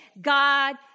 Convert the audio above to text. God